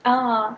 uh